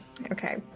Okay